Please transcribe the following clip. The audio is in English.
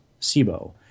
SIBO